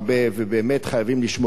ובאמת חייבים לשמור על זה.